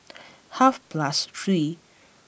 half past three